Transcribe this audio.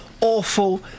awful